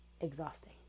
exhausting